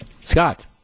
Scott